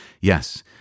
yes